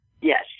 Yes